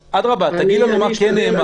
אדרבה, תגיד לנו מה כן נאמר.